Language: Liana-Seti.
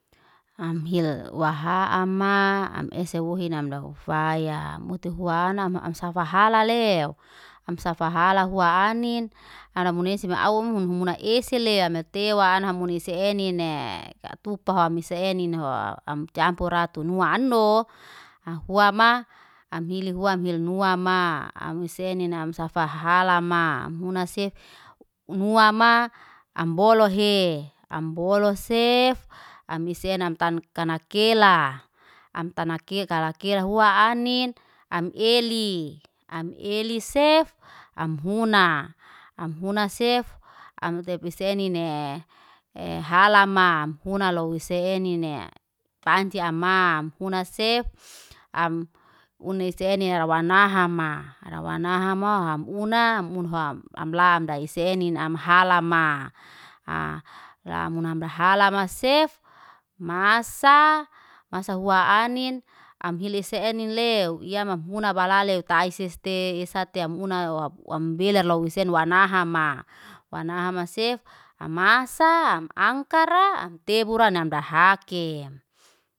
Am hil wahaa ma, am ese wohi na amda ufaya. Mutuhua anam am safa hala le, am safa hala hua anin ana muneisen muna ese le, am ai tewa an hamuna nise enine. Katupaha mis e nino am campura tunua anu ano, ahua ma am hili hua mel nua ma. Ami senina am safa hala ma, am huna sef nua ma ambolo hie. Ambolo sef, amisenamtan tanakela, am tanake kalakela hua anin am eli. Am eli sef, am huna, am huna sef amu tepusenine. E hala mam huna low se enine. Pancia amam huna sef, am una senirawanahama. Rawanaham mo ham una, ham una ho am lam dai senina, am hala ma. A lamuna mdahala sef, masaa. Masa hua anin, am hili senin lew, ya mam huna balale taiseste. Esa te am una wamubelar lau sen wanahama. Wanaha ma sef, amasaa, am angkara, am tebura nam dahakem